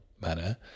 manner